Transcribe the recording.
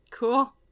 cool